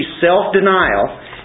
self-denial